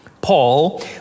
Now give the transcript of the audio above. Paul